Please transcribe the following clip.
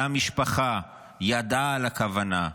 שהמשפחה ידעה על הכוונה,